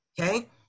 Okay